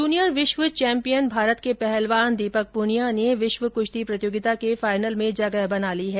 junior विश्व champion Bharat के पहलवान दीपक प्रनिया ने विश्व कृश्ती प्रतियोगिता के फाइनल में जगह बना ली है